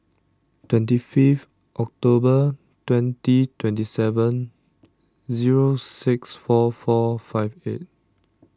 twenty fifth October twenty twenty seven zero six four four five eight